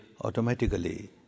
automatically